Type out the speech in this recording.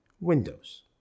Windows